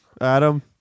Adam